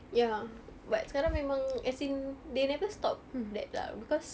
ya but sekarang memang as in they never stop that lah because